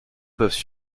peuvent